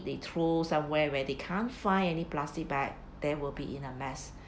they throw somewhere where they can't find any plastic bag there will be in a mess